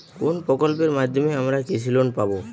কোন প্রকল্পের মাধ্যমে আমরা কৃষি লোন পাবো?